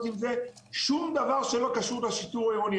עם זה שום דבר שלא קשור לשיטור העירוני,